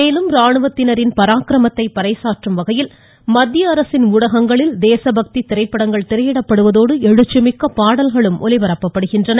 மேலும் ராணுவத்தினரின் பராக்கிரமத்தை பறைசாற்றும் வகையில் மத்திய அரசின் ஊடகங்களில் தேச பக்தி திரைப்படங்கள் திரையிடப்படுவதோடு எழுச்சிமிக்க பாடல்கள் ஒலி பரப்படுகின்றன